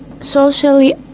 socially